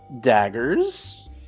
daggers